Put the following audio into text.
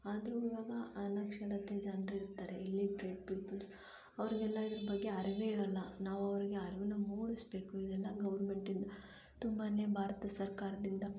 ಆದರೂ ಇವಾಗ ಅನಕ್ಷರತೆ ಜನರಿರ್ತಾರೆ ಇಲ್ಲಿಟ್ರೇಟ್ ಪೀಪಲ್ಸ್ ಅವ್ರಿಗೆಲ್ಲ ಇದ್ರ ಬಗ್ಗೆ ಅರಿವೇ ಇರಲ್ಲ ನಾವು ಅವ್ರಿಗೆ ಅರಿವನ್ನ ಮೂಡಿಸ್ಬೇಕು ಇದೆಲ್ಲ ಗೌರ್ಮೆಂಟಿಂದ ತುಂಬಾ ಭಾರತ ಸರ್ಕಾರದಿಂದ